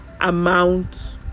amount